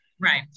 Right